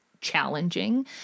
challenging